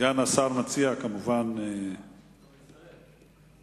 סגן השר מציע, כמובן, מצטרף.